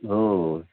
हो